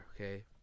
okay